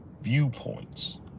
viewpoints